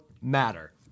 matter